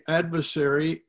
adversary